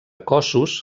cossos